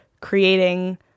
creating